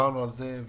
כשדיברנו על זה,